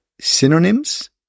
Synonyms